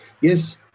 yes